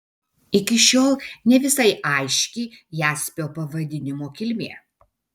iki šiol ne visai aiški jaspio pavadinimo kilmė